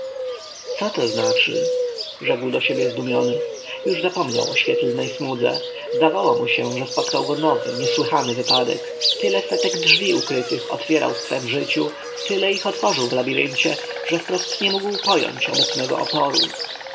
co to znaczy rzekł do siebie zdumiony już zapomniał o świetlnej smudze zdawało mu się że spotkał go nowy niesłychany wypadek tyle setek drzwi ukrytych otwierał w swem życiu tyle ich otworzył w labiryncie że wprost nie mógł pojąć obecnego oporu